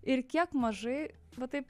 ir kiek mažai va taip